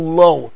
low